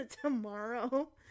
tomorrow